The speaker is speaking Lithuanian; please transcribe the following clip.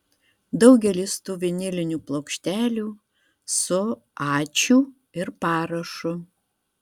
daugelis tų vinilinių plokštelių su ačiū ir parašu